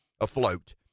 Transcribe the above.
afloat